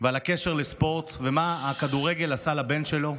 והקשר לספורט, ומה הכדורגל עשה לבן שלו.